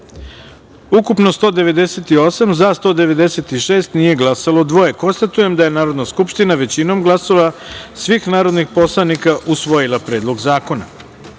ukupno 198, za - 196, nije glasalo - dvoje. Konstatujem da je Narodna skupština većinom glasova svih narodnih poslanika usvojila Predlog